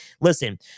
Listen